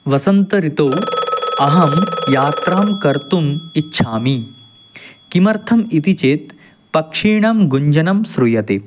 वसन्त ऋतौ अहं यात्रां कर्तुम् इच्छामि किमर्थम् इति चेत् पक्षिणां गुञ्जनं श्रूयते